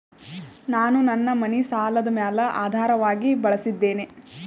ನಾನು ನನ್ನ ಮನಿ ಸಾಲದ ಮ್ಯಾಲ ಆಧಾರವಾಗಿ ಬಳಸಿದ್ದೇನೆ